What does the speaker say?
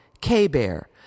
K-Bear